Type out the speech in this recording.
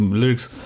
lyrics